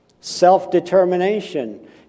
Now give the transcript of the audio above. Self-determination